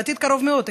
בעתיד קרוב מאוד,